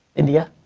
india?